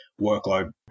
workload